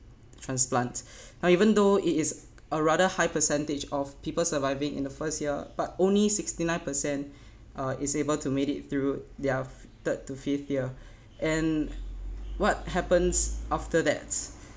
transplant or even though it is a rather high percentage of people surviving in the first year but only sixty nine percent uh is able to made it through their third to fifth year and what happens after that